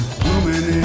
blooming